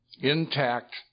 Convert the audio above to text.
intact